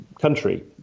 country